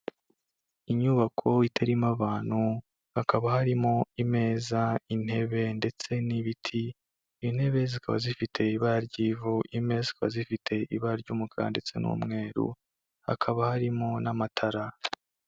Inyubako itarimo abantu hakaba harimo imeza, intebe ndetse n'ibiti. Intebe zikaba zifite ibara ry'ivu, imeza zikaba zifite ibara ry'umukara ndetse n'umweru hakaba harimo n'amatara.